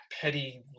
petty